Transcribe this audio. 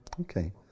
Okay